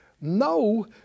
No